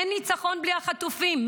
אין ניצחון בלי החטופים,